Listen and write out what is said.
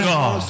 God